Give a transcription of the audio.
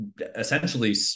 essentially